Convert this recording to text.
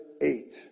eight